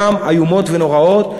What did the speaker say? הן ברובן איומות ונוראות,